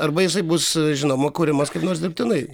arba jisai bus žinoma kuriamas kaip nors dirbtinai